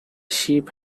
ship